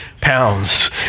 pounds